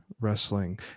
wrestling